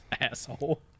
Asshole